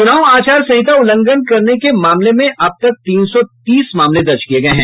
चुनाव आचार संहिता उल्लंघन करने के मामले में अब तक तीन सौ तीस मामले दर्ज किये गये हैं